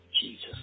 Jesus